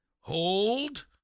Hold